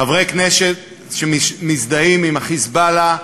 חברי כנסת שמזדהים עם ה"חיזבאללה"